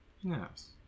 yes